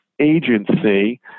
agency